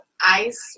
ice